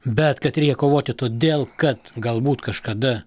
bet kad reikia kovoti todėl kad galbūt kažkada